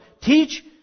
Teach